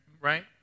Right